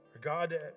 God